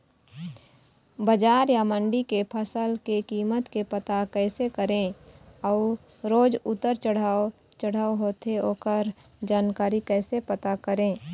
बजार या मंडी के फसल के कीमत के पता कैसे करें अऊ रोज उतर चढ़व चढ़व होथे ओकर जानकारी कैसे पता करें?